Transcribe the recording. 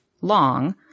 long